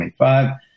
25